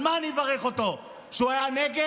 על מה אני אברך אותו, שהוא היה נגד?